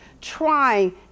trying